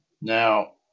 Now